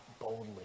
boldly